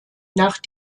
nach